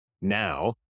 Now